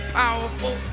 powerful